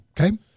Okay